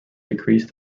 decreased